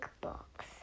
box